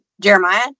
Jeremiah